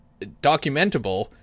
documentable